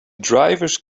drivers